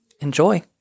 Enjoy